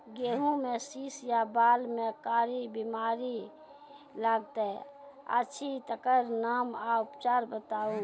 गेहूँमक शीश या बाल म कारी बीमारी लागतै अछि तकर नाम आ उपचार बताउ?